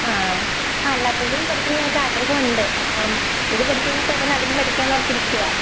ആ അ അല്ലാത്തതും പഠിക്കാൻ ഞങ്ങൾക്ക് ആഗ്രഹമുണ്ട് അപ്പം ഇത് പഠിച്ചുകഴിഞ്ഞിട്ട് ഉടനെ അതും പഠിക്കാമെന്നോർത്തിരിക്കുവാണ്